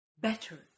better